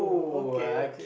okay okay